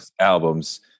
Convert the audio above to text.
albums